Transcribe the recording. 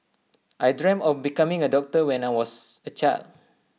I dreamt of becoming A doctor when I was A child